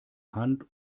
hand